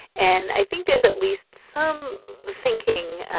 and i think there's at least some thinking,